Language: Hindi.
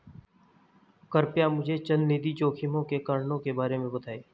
कृपया मुझे चल निधि जोखिम के कारणों के बारे में बताएं